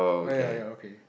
ya ya okay